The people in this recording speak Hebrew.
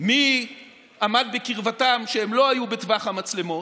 מי עמד בקרבתם כשהם לא היו בטווח המצלמות,